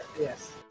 Yes